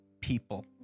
people